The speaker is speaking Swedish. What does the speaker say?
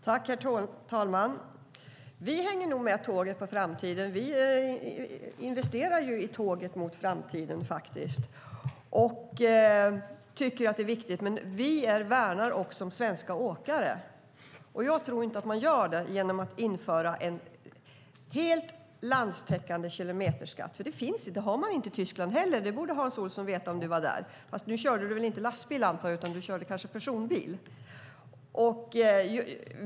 Herr talman! Vi hänger nog med på tåget mot framtiden. Vi investerar ju i tåget mot framtiden. Men vi värnar också om svenska åkare. Jag tror inte att man gör det genom att införa en landstäckande kilometerskatt. Det har man inte i Tyskland heller. Det bör du väl veta, Hans Olsson, om du var där. Men du körde antagligen inte lastbil utan personbil.